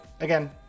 again